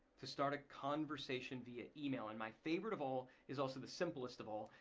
to start a conversation via email and my favorite of all is also the simplest of all.